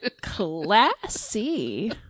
classy